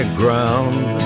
ground